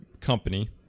company